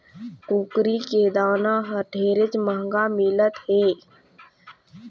कुकरी के दाना हर ढेरेच महंगा मिलत हे